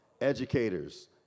Educators